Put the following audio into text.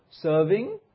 serving